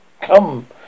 come